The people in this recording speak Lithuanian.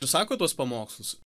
ir sako tuos pamokslus